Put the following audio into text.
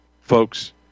Folks